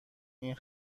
این